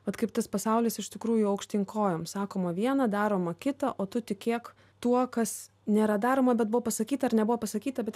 vat kaip tas pasaulis iš tikrųjų aukštyn kojom sakoma viena daroma kita o tu tikėk tuo kas nėra daroma bet buvo pasakyta ar nebuvo pasakyta bet